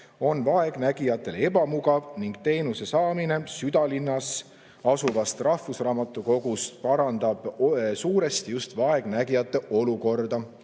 on vaegnägijatele ebamugav ning teenuse saamine südalinnas asuvast rahvusraamatukogust parandab suuresti just vaegnägijate olukorda.